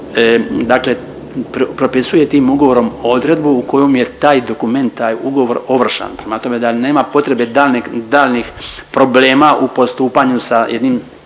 dakle propisuje tim ugovorom odredbu kojom je taj dokument, taj ugovor ovršan. Prema tome da nema potrebe daljnjih problema u postupanju sa jedinim